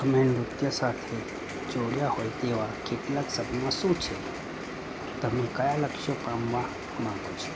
મેં નૃત્ય સાથે જોડ્યા હોય તેવા કેટલાક સદમાં શું છે તમે કયા લક્ષ્ય પામવા માંગો છો